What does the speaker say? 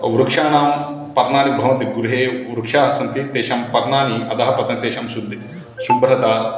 वृक्षाणां पर्णानि भवन्ति गृहे वृक्षाः सन्ति तेषां पर्णानि अधः पतन्ति तेषां शुद् शुभ्रता